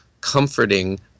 comforting